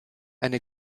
eine